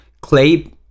clay